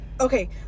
Okay